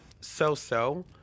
so-so